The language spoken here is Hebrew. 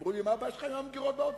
אמרו לי: מה הבעיה שלך עם המגירות באוצר?